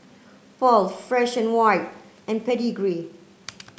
Paul Fresh and White and Pedigree